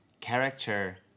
character